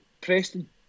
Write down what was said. Preston